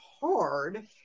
hard